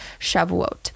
Shavuot